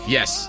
Yes